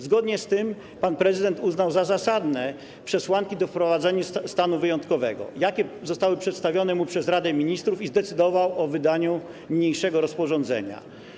Zgodnie z tym pan prezydent uznał za zasadne przesłanki do wprowadzenia stanu wyjątkowego, jakie zostały przedstawione mu przez Radę Ministrów, i zdecydował o wydaniu niniejszego rozporządzenia.